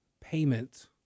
payment